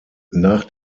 nach